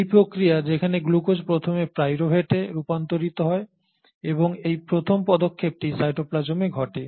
এই প্রক্রিয়া যেখানে গ্লুকোজ প্রথমে পাইরুভেটে রূপান্তরিত হয় এবং এই প্রথম পদক্ষেপটি সাইটোপ্লাজমে ঘটে